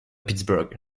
pittsburgh